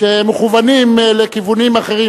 שמכוונים לכיוונים אחרים,